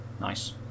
Nice